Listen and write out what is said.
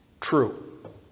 true